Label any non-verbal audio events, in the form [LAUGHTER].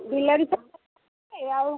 ବିଲାତି ଛଅ [UNINTELLIGIBLE] ଆଉ